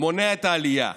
מונע את העלייה,